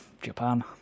Japan